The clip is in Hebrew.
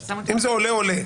אם זה עולה, עולה.